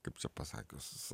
kaip čia pasakius